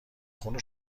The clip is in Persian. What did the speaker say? خون